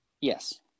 Yes